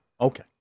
Okay